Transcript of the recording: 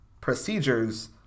procedures